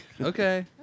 Okay